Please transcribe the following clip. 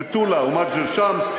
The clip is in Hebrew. מטולה ומג'דל-שמס,